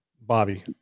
Bobby